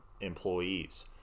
employees